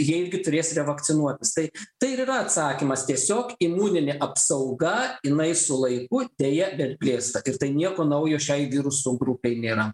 jie irgi turės revakcinuotis tai tai ir yra atsakymas tiesiog imuninė apsauga jinai su laiku deja bet blėsta ir tai nieko naujo šiai virusų grupei nėra